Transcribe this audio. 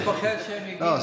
אני פוחד שהם יגידו, לא.